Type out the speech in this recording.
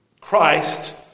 Christ